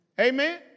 amen